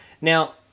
now